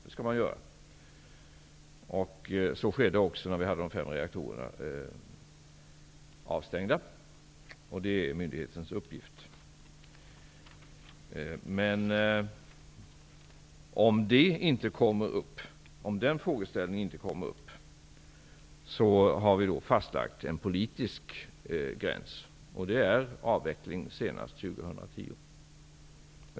Det skall den göra, eftersom det är myndighetens uppgift. Så skedde också när de fem reaktorerna var avstängda. Om den frågan inte kommer upp, finns det en politisk gräns fastlagd. Den innebär avveckling senast 2010.